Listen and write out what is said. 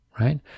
right